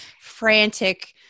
frantic